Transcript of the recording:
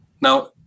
Now